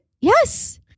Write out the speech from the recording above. Yes